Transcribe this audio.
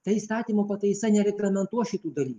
ta įstatymo pataisa nereglamentuos šitų dalykų